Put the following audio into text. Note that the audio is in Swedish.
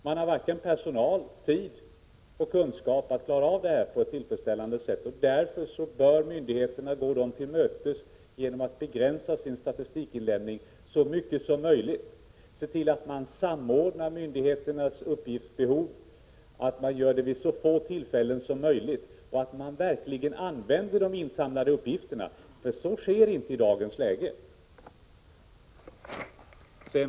De har varken personal, tid eller kunskaper att klara detta på ett tillfredsställande sätt, och därför bör myndigheterna gå dem till mötes genom att begränsa sin statistikinsamling så mycket som möjligt. De bör samordna sina uppgiftsbehov och samla in statistikuppgifterna vid så få tillfällen som möjligt. Dessutom bör man verkligen använda de insamlade uppgifterna, vilket inte sker i dagens läge.